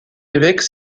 évêque